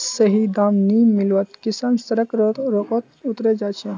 सही दाम नी मीवात किसान सड़क रोकोत उतरे जा छे